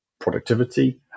productivity